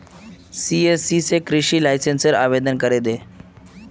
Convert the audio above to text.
CSC स कृषि लाइसेंसेर आवेदन करे दे